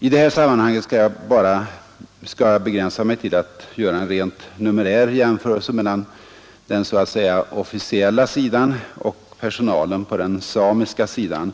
I detta sammanhang skall jag begränsa mig till att göra en rent numerär jämförelse mellan personalen på den så att säga officiella sidan och personalen på den samiska sidan.